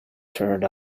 turned